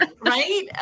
right